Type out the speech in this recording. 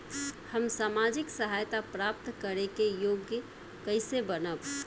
हम सामाजिक सहायता प्राप्त करे के योग्य कइसे बनब?